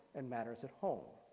and matters at home.